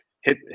hit